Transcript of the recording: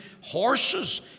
horses